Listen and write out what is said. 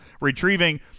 Retrieving